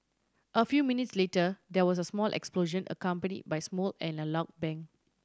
a few minutes later there was a small explosion accompany by smoke and a loud bang